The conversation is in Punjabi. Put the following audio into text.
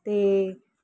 ਅਤੇ